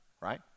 right